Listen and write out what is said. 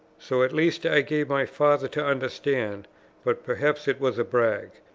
so at least i gave my father to understand but perhaps it was a brag.